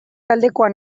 taldetakoa